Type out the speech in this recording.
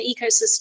ecosystem